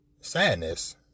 sadness